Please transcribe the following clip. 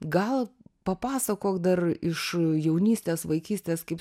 gal papasakok dar iš jaunystės vaikystės kaip